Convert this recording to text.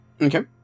Okay